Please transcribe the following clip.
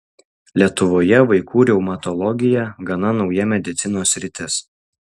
lietuvoje vaikų reumatologija gana nauja medicinos sritis